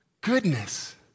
goodness